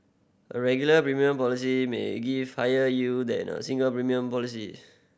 a regular premium policy may give higher yield than a single premium policy